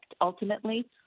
ultimately